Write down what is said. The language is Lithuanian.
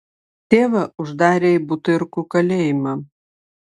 tėvą uždarė į butyrkų kalėjimą